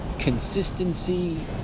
consistency